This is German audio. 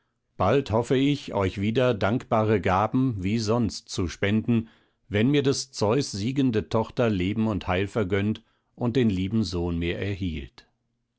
bald hoffe ich euch wieder dankbare gaben wie sonst zu spenden wenn mir des zeus siegende tochter leben und heil vergönnt und den lieben sohn mir erhielt